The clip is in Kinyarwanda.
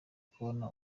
kubona